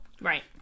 Right